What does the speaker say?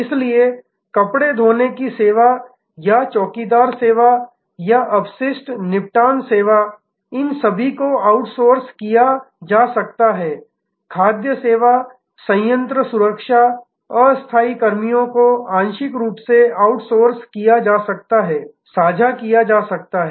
इसलिए कपड़े धोने की सेवा या चौकीदार सेवा या अपशिष्ट निपटान सेवा इन सभी को आउटसोर्स किया जा सकता है खाद्य सेवा संयंत्र सुरक्षा अस्थायी कर्मियों को आंशिक रूप से आउटसोर्स किया जा सकता है साझा किया जा सकता है